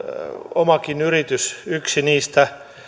omakin yritys yksi niistä